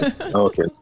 Okay